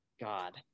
God